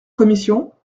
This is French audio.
commission